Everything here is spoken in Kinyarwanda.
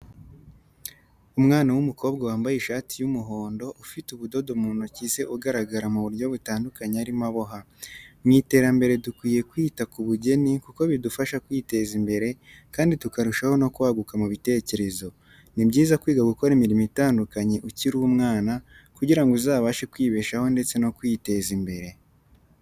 Umwana w'umukobwa wamabye ishati y'umuhondo ufite ubudodo mu ntoki ze ugaragara mu buryo butandukanye arimo aboha. Mu iterambere dukwiye kwita ku bugeni kuko bidufasha kwiteza imbere, kandi tukarushaho no kwaguka mu bitekerezo. Ni byiza kwiga gukora imirimo itandukanye ukiri umwana kugira ngo uzabashe kwibeshaho ndetse no kwiteza imbere.